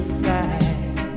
side